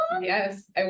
Yes